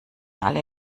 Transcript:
alle